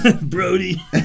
Brody